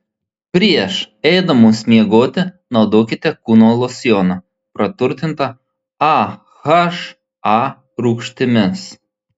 prieš eidamos miegoti naudokite kūno losjoną praturtintą aha rūgštimis